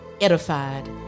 edified